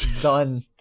Done